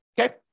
Okay